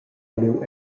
miu